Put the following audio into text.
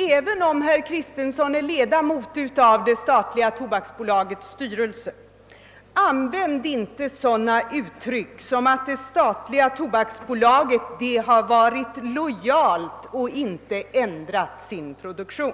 Även om herr Kristenson är ledamot av det statliga tobaksbolagets styrelse vill jag uppmana honom: Använd inte sådana uttryck som att det statliga tobaksbolaget varit lojalt och inte ändrat sin produktion.